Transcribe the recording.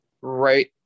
right